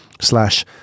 slash